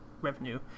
revenue